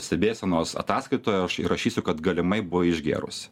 stebėsenos ataskaitoje aš įrašysiu kad galimai buvai išgėrusi